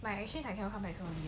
but actually I tell her cancel already